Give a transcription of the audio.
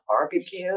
barbecue